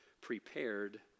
prepared